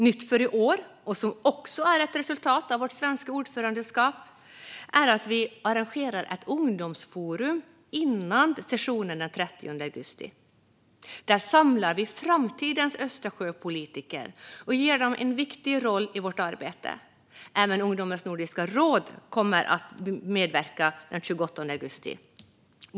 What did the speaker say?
Nytt för i år, vilket också är ett resultat av vårt svenska ordförandeskap, är att vi arrangerar ett ungdomsforum före sessionen den 30 augusti. Där samlar vi framtidens Östersjöpolitiker och ger dem en viktig roll i vårt arbete. Även Ungdomens nordiska råd kommer att medverka den 28 augusti.